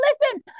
listen